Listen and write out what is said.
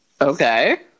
Okay